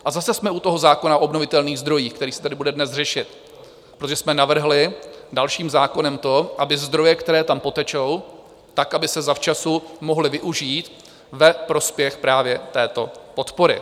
A zase jsme u zákona o obnovitelných zdrojích, který se tady bude dnes řešit, protože jsme navrhli dalším zákonem to, aby zdroje, které tam potečou, tak aby se zavčasu mohly využít ve prospěch právě této podpory.